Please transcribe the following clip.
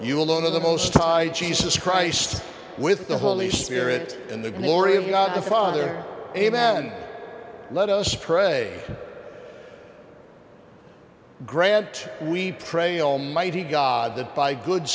you alone of the most high jesus christ with the holy spirit and the glory of god the father a man let us pray grant we pray almighty god that by good